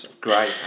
great